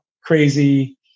Crazy